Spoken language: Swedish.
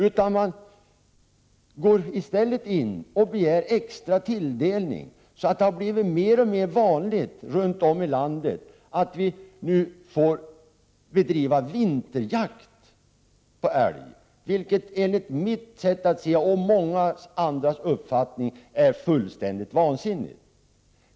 Man begär i stället extra tilldelning, varför det har blivit mer och mer vanligt runt om i Sverige att man bedriver vinterjakt på älg, vilket enligt mitt sätt att se och många andras uppfattning är fullständigt vansinnigt.